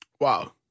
Wow